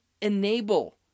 enable